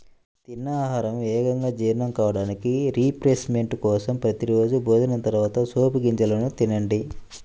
తిన్న ఆహారం వేగంగా జీర్ణం కావడానికి, రిఫ్రెష్మెంట్ కోసం ప్రతి రోజూ భోజనం తర్వాత సోపు గింజలను తినండి